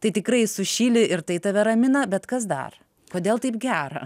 tai tikrai sušyli ir tai tave ramina bet kas dar kodėl taip gera